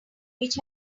which